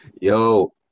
Yo